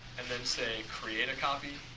and then say create a copy